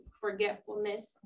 forgetfulness